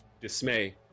dismay